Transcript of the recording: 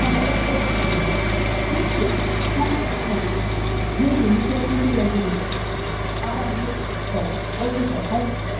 address text کر جلدی سے جلدی جی جی میں جلدی سے جلدی بھجتی ہوں آپ ایڈریس ٹیکسٹ کر دیجیے okay sir thank you sir